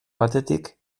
batetik